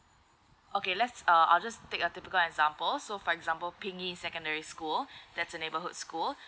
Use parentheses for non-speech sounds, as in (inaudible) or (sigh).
okay let's uh I'll just take a typical example so for example ping ying secondary school (breath) that's a neighborhood school